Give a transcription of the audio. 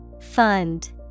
Fund